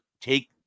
take